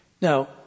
Now